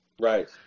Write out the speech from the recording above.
Right